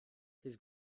his